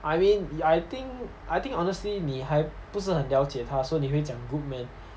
I mean the I think I think honestly 你还不是很了解他 so 你会讲 good man